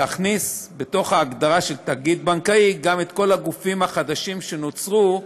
להכניס בהגדרה של תאגיד בנקאי גם את כל הגופים החדשים שנוצרו,